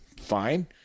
fine